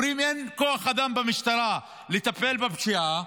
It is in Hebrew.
אומרים שאין כוח אדם במשטרה לטפל בפשיעה,